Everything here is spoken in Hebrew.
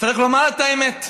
צריך לומר את האמת: